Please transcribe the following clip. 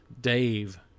Dave